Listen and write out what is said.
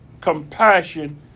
compassion